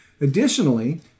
Additionally